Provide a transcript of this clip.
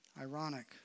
Ironic